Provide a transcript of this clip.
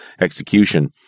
execution